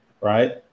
right